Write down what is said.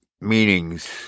meanings